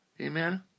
Amen